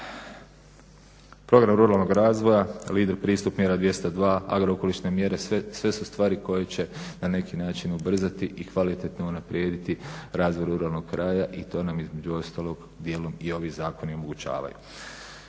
Program ruralnog razvoja, lider pristup mjera 202, agrookolišne mjere, sve su stvari koje će na neki način ubrzati i kvalitetno unaprijediti razvoj ruralnog kraja i to nam između ostalog dijelom i ovi zakoni omogućavaju.